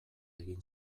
egin